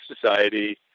society